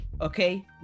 okay